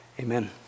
Amen